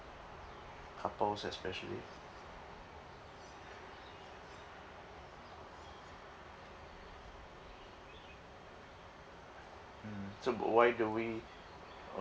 couples especially mm so go~ why do we uh